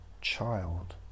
child